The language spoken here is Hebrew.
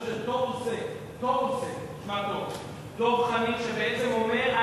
אני חושב שטוב עושה דב חנין שבעצם אומר,